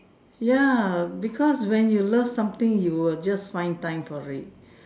ya because when you love something you will just find time for it